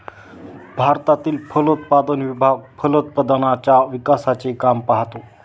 भारतातील फलोत्पादन विभाग फलोत्पादनाच्या विकासाचे काम पाहतो